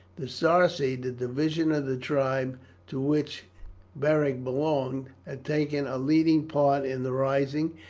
the sarci, the division of the tribe to which beric belonged, had taken a leading part in the rising,